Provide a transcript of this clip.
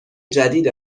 جدید